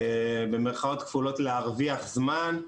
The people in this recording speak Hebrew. במירכאות כפולות, "להרוויח זמן",